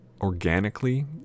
organically